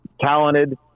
talented